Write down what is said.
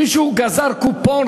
מישהו גזר קופון,